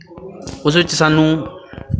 ਉਸ ਵਿੱਚ ਸਾਨੂੰ